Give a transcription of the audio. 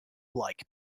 like